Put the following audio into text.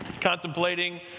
contemplating